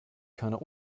keiner